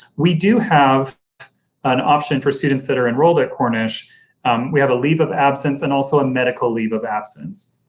we do have an option for students that are enrolled at cornish we have a leave of absence and also a medical leave of absence.